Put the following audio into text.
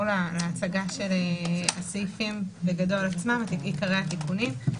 אעבור להצגת הסעיפים בגדול, עיקרי התיקונים.